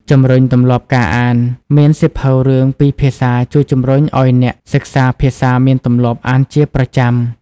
ជំរុញទម្លាប់អានការមានសៀវភៅរឿងពីរភាសាជួយជំរុញឲ្យអ្នកសិក្សាភាសាមានទម្លាប់អានជាប្រចាំ។